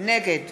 נגד